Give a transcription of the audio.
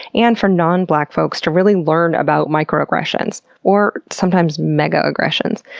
and for non-black folks to really learn about microaggressions, or sometimes mega-aggressions.